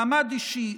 מעמד אישי,